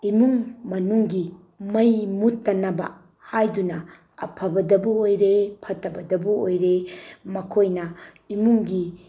ꯏꯃꯨꯡ ꯃꯅꯨꯡꯒꯤ ꯃꯩ ꯃꯨꯠꯇꯅꯕ ꯍꯥꯏꯗꯨꯅ ꯑꯐꯕꯗꯕꯨ ꯑꯣꯏꯔꯦ ꯐꯠꯇꯕꯗꯕꯨ ꯑꯣꯏꯔꯦ ꯃꯈꯣꯏꯅ ꯏꯃꯨꯡꯒꯤ